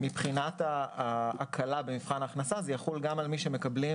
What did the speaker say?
מבחינת ההקלה במבחן ההכנסה זה יחול גם על מי שמקבלים